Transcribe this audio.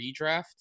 redraft